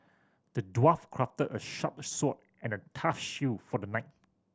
the dwarf crafted a sharp sword and a tough shield for the knight